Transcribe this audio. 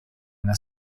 una